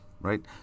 right